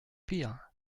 pire